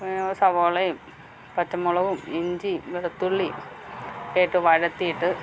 സാവാളയും പച്ചമുളകും ഇഞ്ചി വെളുത്തുള്ളി ഒക്കെയിട്ട് വഴറ്റീട്ട്